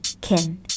Kin